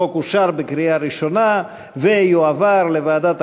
החוק אושר בקריאה ראשונה ויועבר לוועדת